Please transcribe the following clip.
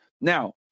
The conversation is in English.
Now